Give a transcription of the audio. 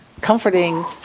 comforting